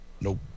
Nope